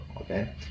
Okay